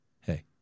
Hey